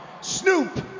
Snoop